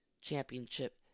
championship